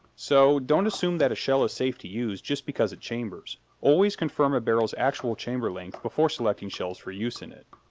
so, don't assume that a shell is ah safe to use just because it chambers always confirm a barrel's actual chamber length before selecting shells for use in it.